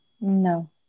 No